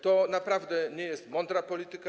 To naprawdę nie jest mądra polityka.